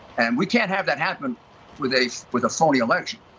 and we can't have that happen with a with a phony election.